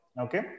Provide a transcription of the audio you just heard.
Okay